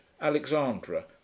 Alexandra